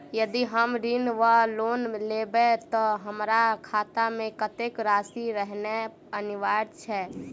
यदि हम ऋण वा लोन लेबै तऽ हमरा खाता मे कत्तेक राशि रहनैय अनिवार्य छैक?